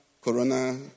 Corona